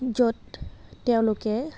য'ত তেওঁলোকে